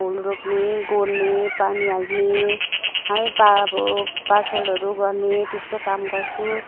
फुल रोप्ने गोड्ने पानी हाल्ने है अब पार्सलहरू गर्ने त्यसतो काम गर्छु